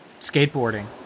Skateboarding